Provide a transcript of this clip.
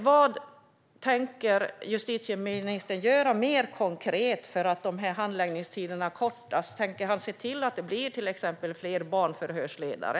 Vad tänker justitieministern göra mer konkret för att dessa handläggningstider ska kortas? Tänker han se till att det till exempel blir fler barnförhörsledare?